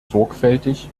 sorgfältig